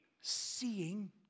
seeing